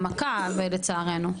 העמקה לצערנו.